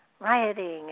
rioting